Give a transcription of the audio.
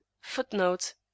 footnote